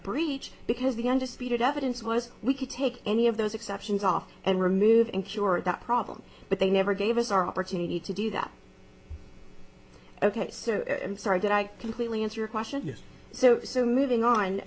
breach because the undisputed evidence was we could take any of those exceptions off and remove and sure that problem but they never gave us our opportunity to do that ok so i'm sorry did i completely answer your question yes so so moving on